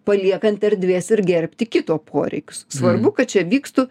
paliekant erdvės ir gerbti kito poreikius svarbu kad čia vykstu